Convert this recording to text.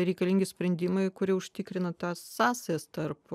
reikalingi sprendimai kurie užtikrina tas sąsajas tarp